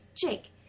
Jake